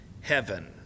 heaven